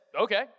okay